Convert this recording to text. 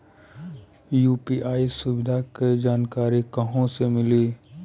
UPI के सुविधा के जानकारी कहवा से मिली?